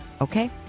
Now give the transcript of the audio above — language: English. Okay